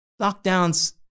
lockdowns